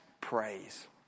praise